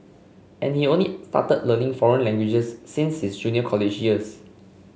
and he only started learning foreign languages since his junior college years